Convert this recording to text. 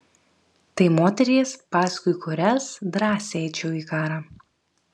tai moterys paskui kurias drąsiai eičiau į karą